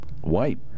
White